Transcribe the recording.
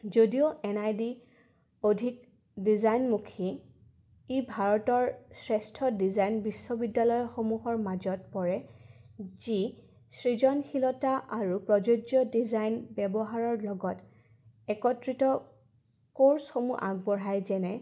যদিও N I D অধিক ডিজাইনমুখী ই ভাৰতৰ শ্ৰেষ্ঠ ডিজাইন বিশ্ববিদ্যালয়সমূহৰ মাজত পৰে যি সৃজনশীলতা আৰু প্ৰযোজ্য ডিজাইন ব্যৱহাৰৰ লগত একত্ৰিত কৰ্ছসমূহ আগবঢ়ায় যেনে